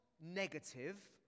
negative